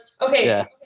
Okay